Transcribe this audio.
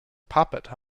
puppet